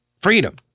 Freedom